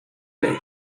today